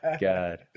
God